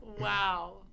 Wow